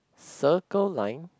Circle Line